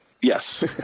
Yes